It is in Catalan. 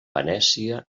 venècia